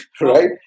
right